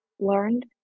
Learned